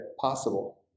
possible